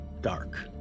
dark